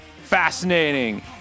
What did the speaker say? Fascinating